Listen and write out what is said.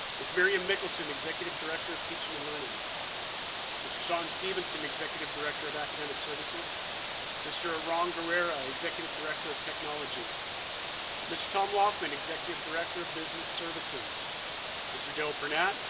miss miriam mickelson, executive director of teaching and learning mr. shawn stevenson, executive director of academic services mr. eran gourarie, executive director of technology mr. tom laufmann, executive director of business services mr. darryl pernat,